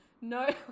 No